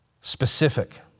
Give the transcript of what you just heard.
specific